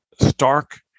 stark